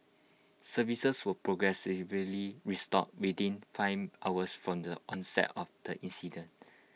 services were progressively restored within five hours from the onset of the incident